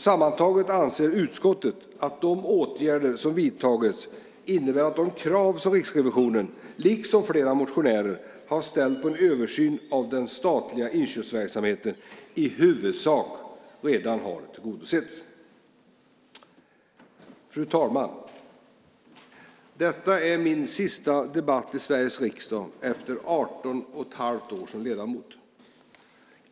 Sammantaget anser utskottet att de åtgärder som vidtagits innebär att de krav som Riksrevisionen liksom flera motionärer har ställt på en översyn av den statliga inköpsverksamheten i huvudsak redan har tillgodosetts. Fru talman! Detta är min sista debatt i Sveriges riksdag efter 18 1⁄2 år som ledamot.